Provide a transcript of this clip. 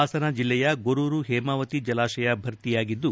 ಹಾಸನ ಜಿಲ್ಲೆಯ ಗೊರೂರು ಹೇಮಾವತಿ ಜಲಾಶಯ ಭರ್ತಿಯಾಗಿದ್ದು